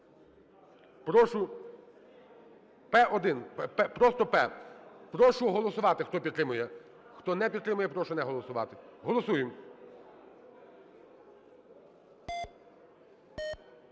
П-1. Просто П. Прошу голосувати, хто підтримує. Хто не підтримує, прошу не голосувати. Голосуємо.